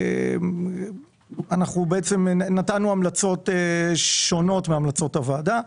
אנחנו נתנו המלצות שונות מהמלצות הוועדה.